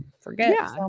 forget